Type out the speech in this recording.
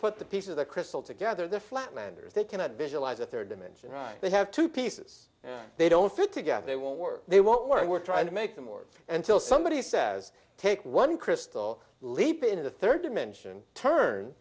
put the pieces of the crystal together the flatlanders they cannot visualize the rd dimension right they have two pieces they don't fit together they won't work they won't work we're trying to make them more until somebody says take one crystal leap into the rd dimension